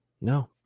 No